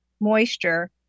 moisture